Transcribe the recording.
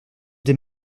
des